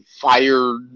fired